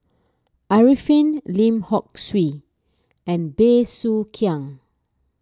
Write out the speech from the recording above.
Arifin Lim Hock Siew and Bey Soo Khiang